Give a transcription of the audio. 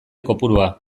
kopurua